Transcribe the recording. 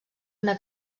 una